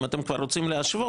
אם אתם כבר רוצים להשוות,